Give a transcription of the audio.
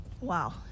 Wow